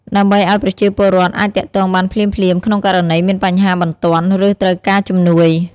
ដើម្បីឲ្យប្រជាពលរដ្ឋអាចទាក់ទងបានភ្លាមៗ ក្នុងករណីមានបញ្ហាបន្ទាន់ ឬត្រូវការជំនួយ។